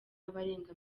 abarenga